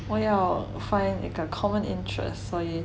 我要 find a common interests 所以